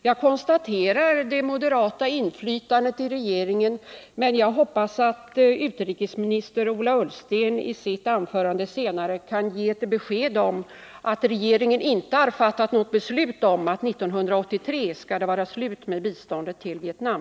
Jag konstaterar det moderata inflytandet i regeringen, men jag hoppas att utrikesminister Ola Ullsten i sitt anförande senare kan ge ett besked om att regeringen inte har fattat något beslut om att 1983 skall det vara slut med biståndet till Vietnam.